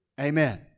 Amen